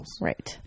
Right